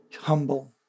humble